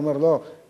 אומרים לו: לא,